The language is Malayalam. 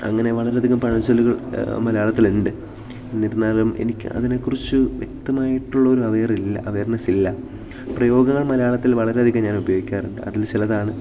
അങ്ങനെ വളരെധികം പഴഞ്ചൊല്ലുകൾ മലയാളത്തിലുണ്ട് എന്നിരുന്നാലും എനിക്ക് അതിനെക്കുറിച്ച് വ്യക്തമായിട്ടുള്ളൊരു അവയറില്ല അവയർനസ്സില്ല പ്രയോഗങ്ങൾ മലയാളത്തിൽ വളരെയധികം ഞാൻ ഉപയോഗിക്കാറുണ്ട് അതിൽ ചിലതാണ്